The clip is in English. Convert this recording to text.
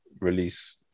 release